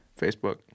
Facebook